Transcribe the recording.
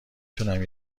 تونم